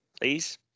please